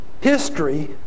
history